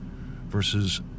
Versus